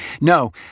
No